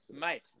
Mate